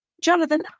Jonathan